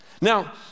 Now